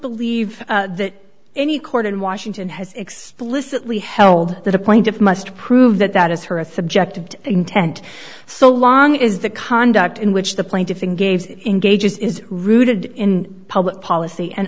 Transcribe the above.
believe that any court in washington has explicitly held that a plaintiff must prove that that is her a subjective intent so long is the conduct in which the plaintiff and gave engages is rooted in public policy and